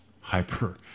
hyper